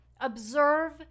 observe